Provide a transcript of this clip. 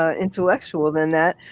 ah intellectual than that.